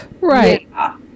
right